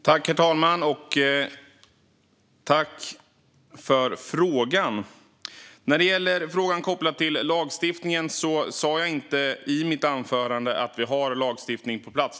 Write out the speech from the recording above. Herr talman! Jag tackar för frågorna. När det gäller frågan om lagstiftningen sa jag inte i mitt anförande att lagstiftning finns på plats.